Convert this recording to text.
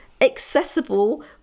accessible